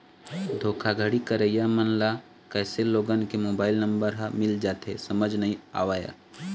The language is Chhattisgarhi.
धोखाघड़ी करइया मन ल कइसे लोगन के मोबाईल नंबर ह मिल जाथे समझ नइ आवय